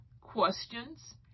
questions